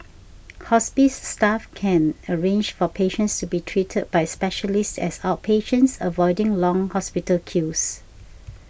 hospice staff can arrange for patients to be treated by specialists as outpatients avoiding long hospital queues